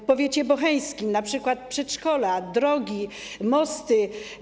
W powiecie bocheńskim to np. przedszkola, drogi, mosty.